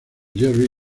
jerry